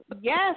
Yes